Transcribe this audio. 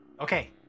Okay